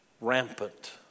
rampant